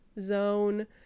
zone